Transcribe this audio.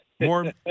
More